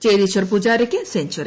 ചേതേശ്വർ പൂജാരക്ക് സെഞ്ചറി